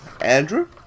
Andrew